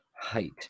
height